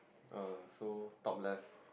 err so top left